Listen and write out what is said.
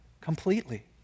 completely